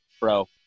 Bro